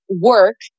work